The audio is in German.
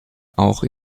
auch